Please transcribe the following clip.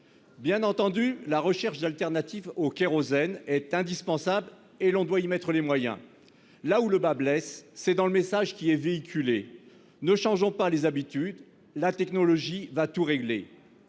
Bien entendu, la recherche d'alternatives au kérosène est indispensable, et il faut y mettre des moyens. Là où le bât blesse, c'est dans le message qui est véhiculé :« Ne changeons pas les habitudes, la technologie va tout régler.